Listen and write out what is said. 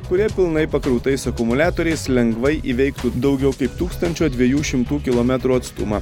kurie pilnai pakrautais akumuliatoriais lengvai įveiktų daugiau kaip tūkstančio dviejų šimtų kilometrų atstumą